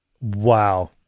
wow